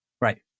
Right